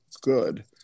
good